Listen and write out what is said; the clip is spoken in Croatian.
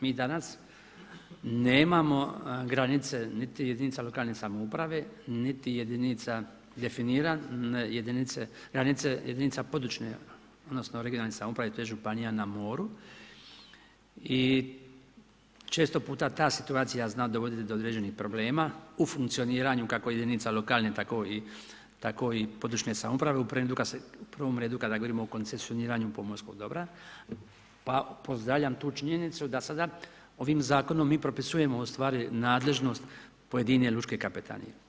Mi danas nemamo granice niti jedinica lokalne samouprave niti definirane granice jedinica područne odnosno regionalne samouprave a to je županija na moru i često puta ta situacija zna dovoditi do određenih problema u funkcioniranju kako jedinica lokalne tako i područne samouprave u prvom redu kada govorimo o koncesioniranju pomorskog dobra pa pozdravljam tu činjenicu da sada ovim zakonom mi propisujemo ustvari nadležnost pojedine lučke kapetanije.